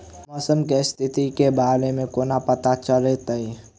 मौसम केँ स्थिति केँ बारे मे कोना पत्ता चलितै?